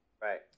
Right